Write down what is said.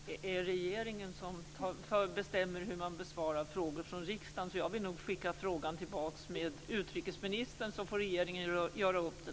Det är regeringen som bestämmer hur man besvarar frågor från riksdagen, så jag vill nog skicka tillbaks frågan med utrikesministern så att regeringen får göra upp det.